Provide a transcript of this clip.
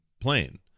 plane